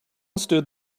stood